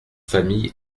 famille